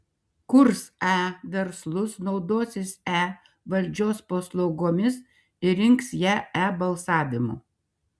kurs e verslus naudosis e valdžios paslaugomis ir rinks ją e balsavimu